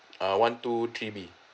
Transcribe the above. uh one two three B